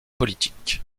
politiques